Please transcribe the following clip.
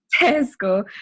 Tesco